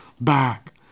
back